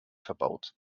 verbaut